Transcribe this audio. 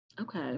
okay